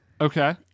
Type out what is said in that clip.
okay